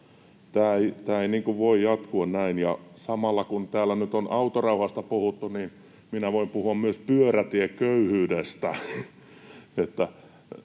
Tämä ei voi jatkua näin. Samalla, kun täällä nyt on autorauhasta puhuttu, minä voin puhua myös pyörätieköyhyydestä.